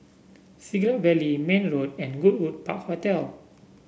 Siglap Valley Mayne Road and Goodwood Park Hotel